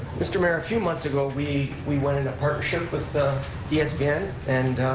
mr. mayor, a few months ago we we went into partnership with dsbn and